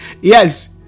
Yes